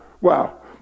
wow